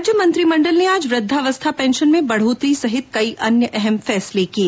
राज्य मंत्रिमंडल ने आज वृद्धावस्था पेंशन में बढ़ोतरी सहित कई अन्य अहम फैसले किये